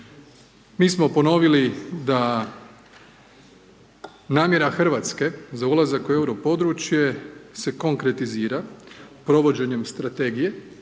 Mi smo ponovili da namjera Hrvatske, za ulazak u euro područje, se konkretizira provođenjem strategije,